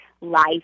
life